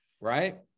Right